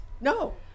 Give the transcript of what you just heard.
No